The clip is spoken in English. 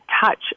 touch